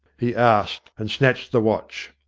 he asked, and snatched the watch.